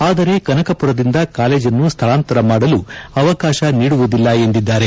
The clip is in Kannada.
ಆದರೆ ಕನಕಪುರದಿಂದ ಕಾಲೇಜನ್ನು ಸ್ಥಳಾಂತರ ಮಾಡಲು ಅವಕಾಶ ನೀಡುವುದಿಲ್ಲ ಎಂದಿದ್ದಾರೆ